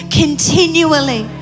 continually